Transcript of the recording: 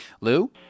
Lou